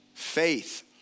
Faith